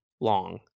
long